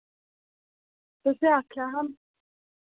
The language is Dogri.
तुसैं आखेआ हा